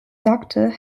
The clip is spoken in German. sagte